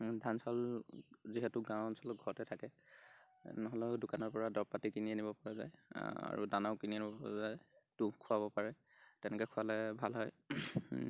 ধান চাউল যিহেতু গাঁও অঞ্চলত ঘৰতে থাকে নহ'লেও দোকানৰ পৰা দৰৱ পাতি কিনি আনিব পৰা যায় আৰু দানাও কিনি আনিব পৰা যায় তুঁহ খোৱাব পাৰে তেনেকৈ খুৱালে ভাল হয়